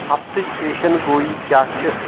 ہفتٕچ پیشن گوی کیاہ چھِ